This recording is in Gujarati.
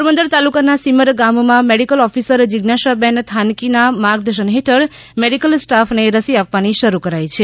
પોરબંદર તાલુકાના સીમર ગામમાં મેડીકલ ઑફિસર જીજ્ઞાશાબેન થાનકીના માર્ગદર્શન હેઠળ મેડીકલ સ્ટાફને રસી આપવાની શરૂ કરાઈ છે